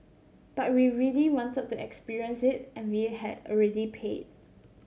but we really wanted to experience it and we had already paid